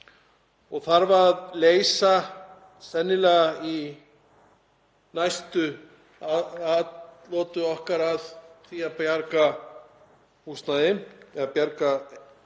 og þarf að leysa sennilega í næstu atlögu okkar að því að bjarga þeim sem eiga þarna húsnæði.